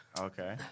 Okay